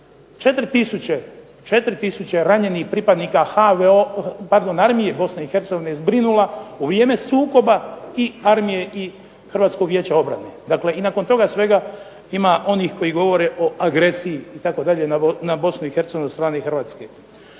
tisuće ranjenih pripadnika Armije Bosne i Hercegovine zbrinula u vrijeme sukoba i armije i Hrvatskog vijeća obrane. Dakle, i nakon toga svega ima onih koji govore o agresiji itd. na Bosnu i Hercegovinu od strane Hrvatske.